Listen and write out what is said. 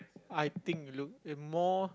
I think will look a bit more